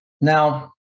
Now